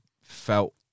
felt